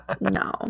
No